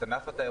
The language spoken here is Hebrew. את ענף התיירות,